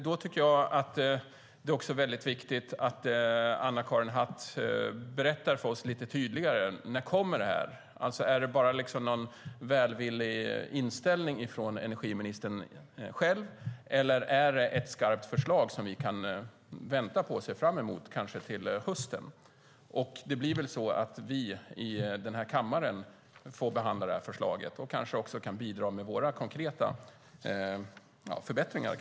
Då tycker jag också att det är väldigt viktigt att Anna-Karin Hatt berättar för oss lite tydligare när det här kommer. Är det bara någon välvillig inställning från energiministern själv, eller är det ett skarpt förslag som vi kan vänta på och se fram emot, kanske till hösten, för det blir väl så att vi i den här kammaren får behandla det här förslaget och kanske också bidra med våra konkreta förbättringar?